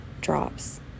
drops